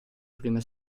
prima